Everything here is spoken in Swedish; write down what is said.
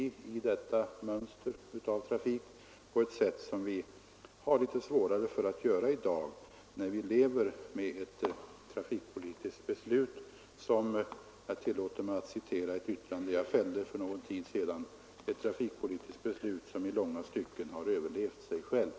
Det är min bestämda uppfattning att vi då skall kunna diskutera dessa frågor på ett helt annat sätt än i dag när vi lever med ett — jag tillåter mig att citera ett yttrande jag fällde för någon tid sedan — trafikpolitiskt beslut som i långa stycken har överlevt sig självt.